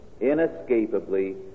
inescapably